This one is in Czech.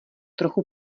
trochu